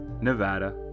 Nevada